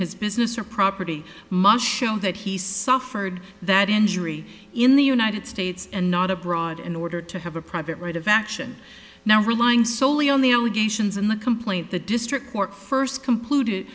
his business or property must show that he suffered that injury in the united states and not abroad in order to have a private right of action now relying solely on the allegations in the complaint the district court first completed